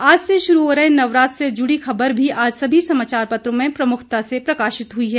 आज से शुरू हो रहे नवरात्र से जुड़ी खबर भी आज सभी समाचार पत्रों में प्रमुखता से प्रकाशित हुई हैं